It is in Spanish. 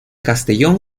castellón